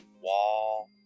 wall